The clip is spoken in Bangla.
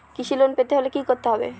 কৃষি লোন পেতে হলে কি করতে হবে?